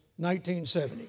1970